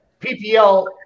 PPL